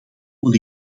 moet